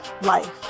life